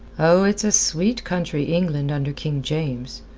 oh, it's a sweet country england under king james!